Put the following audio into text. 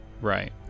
Right